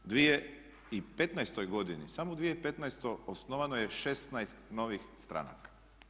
U 2015. godini, samo 2015. osnovano je 16 novih stranaka.